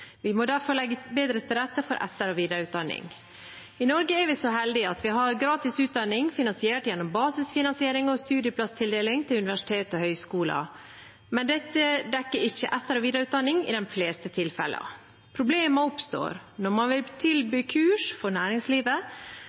Vi må derfor legge bedre til rette for etter- og videreutdanning. I Norge er vi så heldige at vi har gratis utdanning finansiert gjennom basisfinansiering og studieplasstildeling til universiteter og høyskoler. Men dette dekker ikke etter- og videreutdanning i de fleste tilfellene. Problemer oppstår når man vil tilby kurs for næringslivet